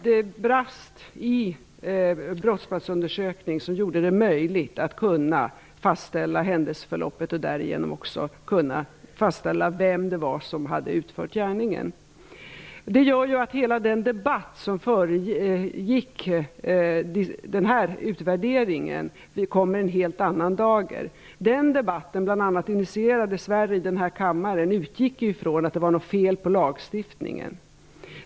Det brast i den brottsbalksundersökning som gjorde det möjligt att fastställa händelseförloppet och därigenom också vem som hade utfört gärningen. Detta gör att hela den debatt som föregick den här utvärderingen kom i en helt annan dager. Den debatten, som bl.a. dessvärre initierades här i kammaren, utgick från att det var något fel på lagstiftningen.